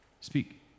Speak